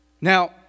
Now